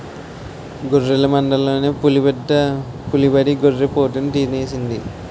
గొర్రెల మందలోన పులిబడి గొర్రి పోతుని తినేసింది